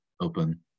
Open